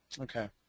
Okay